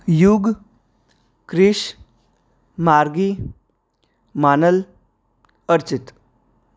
Yug Krish Margi Manal Archit